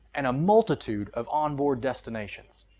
and a multitude of on-board destinations.